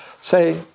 Say